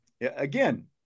Again